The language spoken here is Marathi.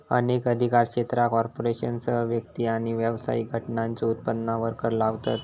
अनेक अधिकार क्षेत्रा कॉर्पोरेशनसह व्यक्ती आणि व्यावसायिक घटकांच्यो उत्पन्नावर कर लावतत